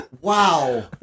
wow